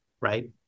right